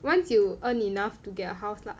once you earn enough to get a house lah